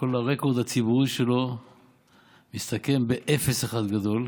שכל הרקורד הציבורי שלו מסתכם באפס אחד גדול,